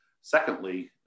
Secondly